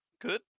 Good